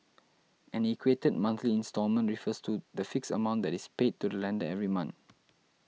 an equated monthly instalment refers to the fixed amount that is paid to the lender every month